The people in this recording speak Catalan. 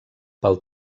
pel